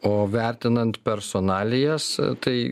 o vertinant personalijas tai